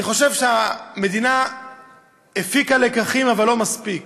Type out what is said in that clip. אני חושב שהמדינה הפיקה לקחים, אבל לא מספיק.